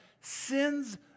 sins